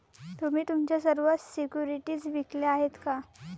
तुम्ही तुमच्या सर्व सिक्युरिटीज विकल्या आहेत का?